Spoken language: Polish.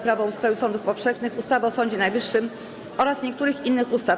Prawo o ustroju sądów powszechnych, ustawy o Sądzie Najwyższym oraz niektórych innych ustaw.